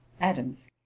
adams